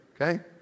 Okay